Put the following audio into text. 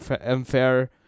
unfair